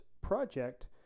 project